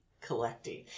collecting